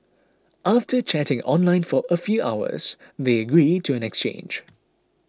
after chatting online for a few hours they agreed to an exchange